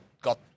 got